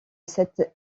cet